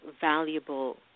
valuable